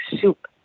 soup